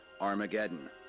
Armageddon